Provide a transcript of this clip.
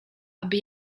aby